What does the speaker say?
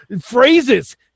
phrases